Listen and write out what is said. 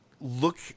look